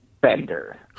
bender